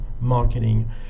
marketing